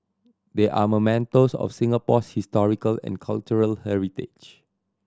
they are mementos of Singapore's historical and cultural heritage